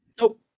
Nope